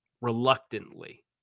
reluctantly